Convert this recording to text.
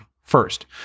First